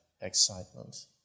excitement